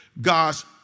God's